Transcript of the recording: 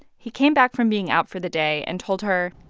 he came back from being out for the day and told her.